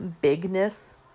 bigness